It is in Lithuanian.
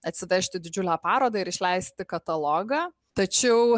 atsivežti didžiulę parodą ir išleisti katalogą tačiau